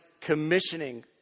commissioning